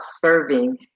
serving